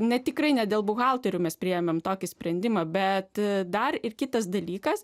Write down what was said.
ne tikrai ne dėl buhalterių mes priėmėme tokį sprendimą bet dar ir kitas dalykas